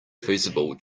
feasible